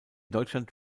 deutschland